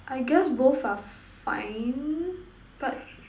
I guess both are fine but